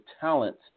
talent